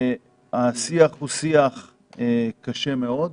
השיח הוא שיח קשה מאוד,